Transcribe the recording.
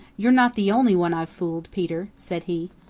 you're not the only one i've fooled, peter, said he.